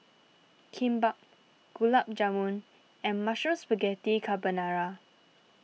Kimbap Gulab Jamun and Mushroom Spaghetti Carbonara